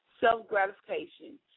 Self-gratification